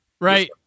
right